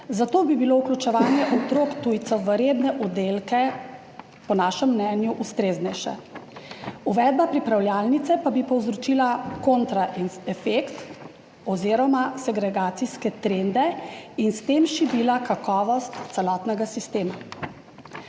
zato bi bilo vključevanje otrok tujcev v redne oddelke po našem mnenju ustreznejše. Uvedba pripravljalnice pa bi povzročila kontra efekt oziroma segregacijske trende in s tem širila kakovost celotnega sistema.